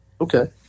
Okay